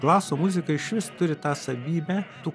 glaso muzika išvis turi tą savybę tų